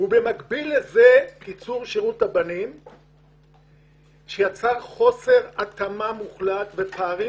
ובמקביל לזה קיצור שירות הבנים שיצר חוסר התאמה מוחלט ופערים